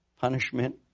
punishment